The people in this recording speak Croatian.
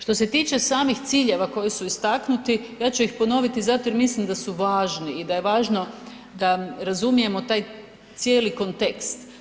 Što se tiče samih ciljeva koji su istaknuti, ja ću ih ponoviti zato jer mislim da su važni i da je važno da razumijemo taj cijeli kontekst.